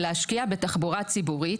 להשקיע בתחבורה ציבורית